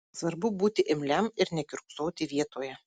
svarbu būti imliam ir nekiurksoti vietoje